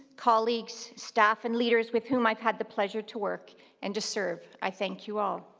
colleagues, staff and leaders with whom i've had the pleasure to work and to serve, i thank you all.